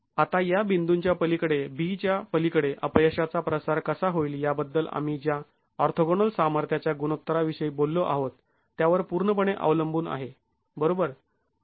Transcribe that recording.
आता या बिंदूंच्या पलीकडे b च्या पलीकडे अपयशाचा प्रसार कसा होईल याबद्दल आम्ही ज्या ऑर्थोगोनल सामर्थ्याच्या गुणोत्तरा विषयी बोललो आहोत त्यावर पूर्णपणे अवलंबून आहे बरोबर